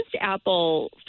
Apple